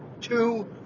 two